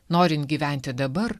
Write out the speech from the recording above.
norint gyventi dabar